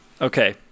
Okay